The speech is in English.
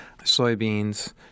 soybeans